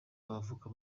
abavoka